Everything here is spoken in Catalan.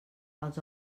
els